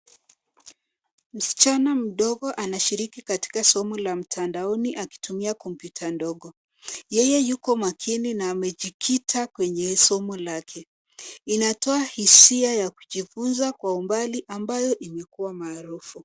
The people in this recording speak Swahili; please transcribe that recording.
Msichana mdogo anashiriki katika somo la mtandaoni akitumia kompyuta ndogo. Yeye yuko makini na amejikita kwenye somo lake. Inatoa hisia ya kujifunza kwa umbali ambayo imekuwa maarufu.